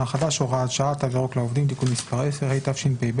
החדש (הוראת שעה) (תו ירוק לעובדים) (תיקון מס' 10),